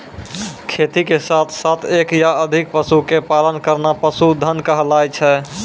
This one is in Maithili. खेती के साथॅ साथॅ एक या अधिक पशु के पालन करना पशुधन कहलाय छै